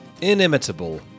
inimitable